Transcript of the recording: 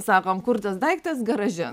sakom kur tas daiktas garaže